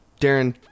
Darren